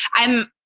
i'm,